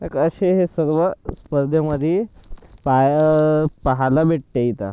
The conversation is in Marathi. अशे हे सर्व स्पर्धेमधी पाहायला पाहायला भेटते इथं